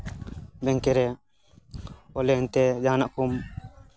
ᱵᱮᱝᱠᱮ ᱨᱮ ᱚᱱᱞᱟᱭᱤᱱ ᱛᱮ ᱡᱟᱦᱟᱱᱟᱜ ᱠᱚᱢ